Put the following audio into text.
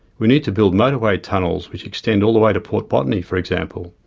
we need to build motorway tunnels which extend all the way to port botany, for example.